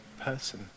person